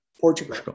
Portugal